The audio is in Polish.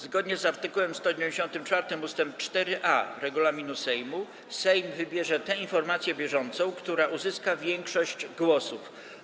Zgodnie z art. 194 ust. 4a regulaminu Sejmu Sejm wybierze tę informację bieżącą, która uzyska większość głosów.